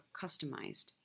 customized